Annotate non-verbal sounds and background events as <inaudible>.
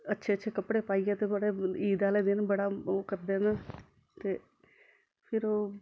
अच्छे अच्छे कपड़े पाइयै <unintelligible> ईद आह्ले दिन बड़ा ओह् करदे न